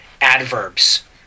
adverbs